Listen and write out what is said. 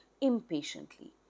impatiently